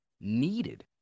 needed